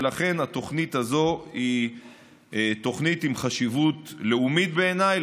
ולכן התוכנית הזאת היא תוכנית עם חשיבות לאומית בעיניי.